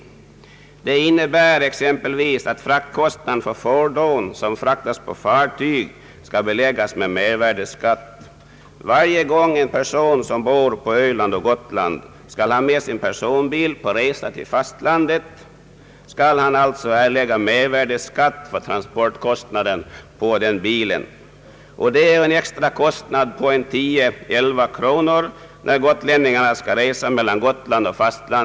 Det innebär exempelvis att transportkostnaden för fordon som fraktas på fartyg skall beläggas med mervärdeskatt. Varje gång en person som bor på Öland eller Gotland skall ha sin personbil med på resa till fastlandet skall han alltså erlägga mervärdeskatt på transportkostnaden för den bilen. Det innebär en extrakostnad på 10—11 kronor när en gotlänning skall resa till fastlandet och tillbaka.